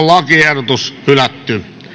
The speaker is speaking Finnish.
lakiehdotus hylätään